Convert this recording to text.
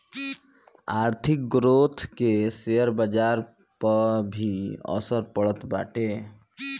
आर्थिक ग्रोथ कअ शेयर बाजार पअ भी असर पड़त बाटे